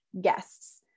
guests